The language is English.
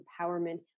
empowerment